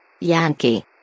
Yankee